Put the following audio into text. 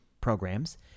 programs